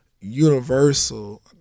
Universal